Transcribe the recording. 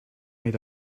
made